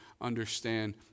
understand